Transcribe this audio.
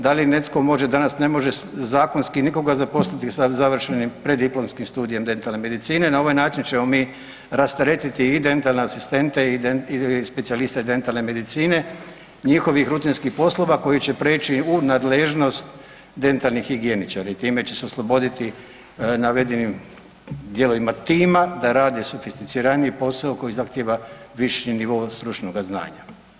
Da li netko može danas, ne može zakonski nikoga zaposliti sa završenim preddiplomskim studijem dentalne medicine, na ovaj način ćemo mi rasteretiti i dentalne asistente i specijaliste dentalne medicine njihovih rutinskih poslova koji će prijeći u nadležnost dentalnih higijeničara i time će se osloboditi navedeni dijelovi tima da rade sofisticiraniji posao koji zahtjeva viši nivo stručnoga znanja.